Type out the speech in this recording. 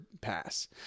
pass